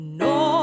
no